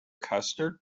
custard